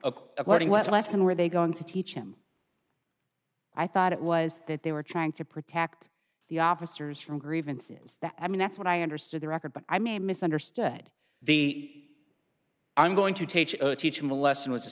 of according what lesson were they going to teach him i thought it was that they were trying to protect the officers from grievances that i mean that's what i understood the record but i may misunderstood the i'm going to take a lesson was a